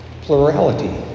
plurality